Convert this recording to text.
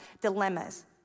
dilemmas